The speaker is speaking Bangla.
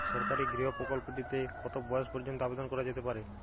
সরকারি গৃহ প্রকল্পটি তে কত বয়স পর্যন্ত আবেদন করা যেতে পারে?